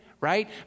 right